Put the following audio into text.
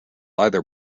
either